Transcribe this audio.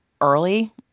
early